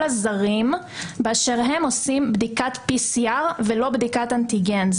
הזרים באשר הם עושים בדיקת PCR ולא בדיקת אנטיגן.